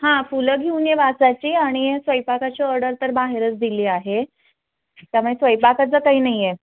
हां फुलं घेऊन ये वासाची आणि स्वयंपाकाची ऑर्डर तर बाहेरच दिली आहे त्यामुळे स्वयंपाकाचं काही नाही आहे